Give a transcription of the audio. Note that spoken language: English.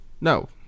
No